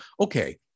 Okay